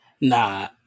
Nah